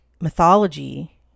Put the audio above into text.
mythology